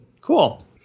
Cool